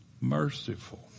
merciful